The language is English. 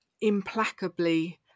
implacably